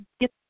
get